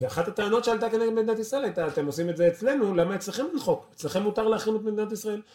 ואחת הטענות שעלתה כנראה למדינת ישראל הייתה, אתם עושים את זה אצלנו, למה אצלכם אין חוק? אצלכם מותר להחרים את מדינת ישראל